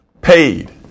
paid